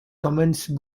commerce